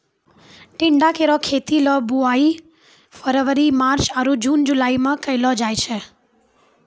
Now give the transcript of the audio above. टिंडा केरो खेती ल बुआई फरवरी मार्च आरु जून जुलाई में कयलो जाय छै